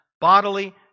bodily